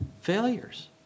failures